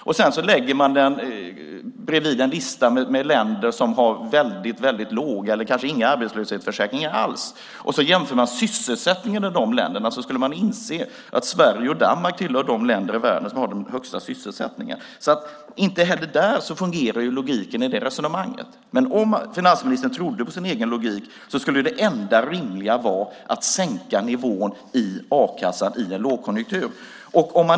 Om vi lägger en lista över dessa länder bredvid en lista med länder som har väldigt låga eller kanske inga arbetslöshetsförsäkringar alls och jämför sysselsättningen i länderna skulle man inse att Sverige och Danmark tillhör de länder i världen som har den högsta sysselsättningen. Inte heller där fungerar logiken i det resonemanget. Om finansministern trodde på sin egen logik skulle det enda rimliga vara att sänka nivån i a-kassan i en lågkonjunktur.